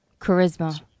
charisma